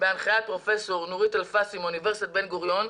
בהנחיית פרופסור נורית אלפסי מאוניברסיטת בן גוריון,